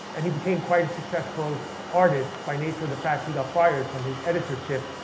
and he became quite a successful artist by nature of the fact he got fired from his editorship.